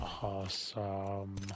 Awesome